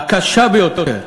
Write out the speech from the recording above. הקשה ביותר,